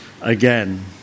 again